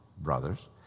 brothers